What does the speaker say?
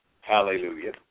Hallelujah